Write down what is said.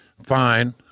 fine